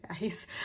guys